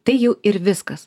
tai jau ir viskas